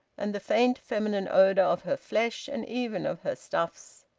and the faint feminine odour of her flesh and even of her stuffs!